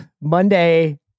Monday